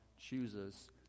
chooses